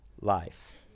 life